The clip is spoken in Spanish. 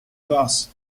boss